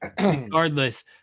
regardless